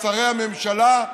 שרי הממשלה,